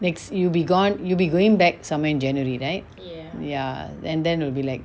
next you'll be gone you'll be going back somewhere january right ya and then we'll be like